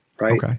Right